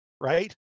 right